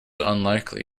unlikely